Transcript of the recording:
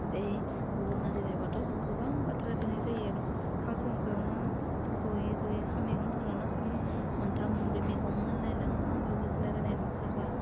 ओमफाय गुबुन मानसि जाबाथ' गोबां बाथ्रा रायलायनाय जायो ओंखाम संग्रायावनो जयै जयै खाम मैगं संनायावनो खाम मोनथाम मोनब्रै मैगं मोनलायलाङो होमबाबो रायलायनायानो जोबा